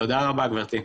תודה רבה, גברתי.